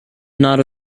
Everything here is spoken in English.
not